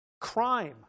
crime